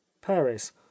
paris